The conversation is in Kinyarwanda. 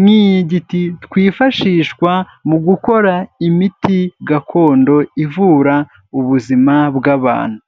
nk'iy'igiti, twifashishwa mu gukora imiti gakondo ivura ubuzima bw'abantu.